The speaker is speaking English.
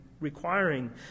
requiring